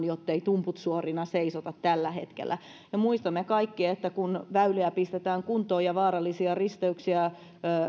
jottei tumput suorina seisota tällä hetkellä ja muistamme kaikki että kun väyliä pistetään kuntoon ja vaarallisia risteyksiä